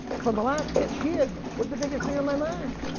for the last six years, was the biggest thing on my mind.